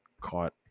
caught